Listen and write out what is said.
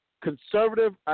conservative